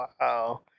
wow